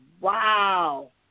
wow